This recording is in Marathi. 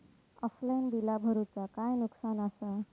ऑफलाइन बिला भरूचा काय नुकसान आसा?